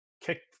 kicked